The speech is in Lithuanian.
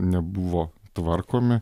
nebuvo tvarkomi